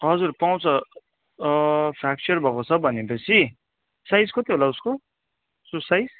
हजुर पाउँछ फ्याकचर भएको छ भनेपछि साइज कति होला उसको सु साइज